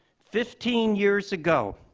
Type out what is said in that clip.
fifteen years ago,